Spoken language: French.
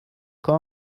quand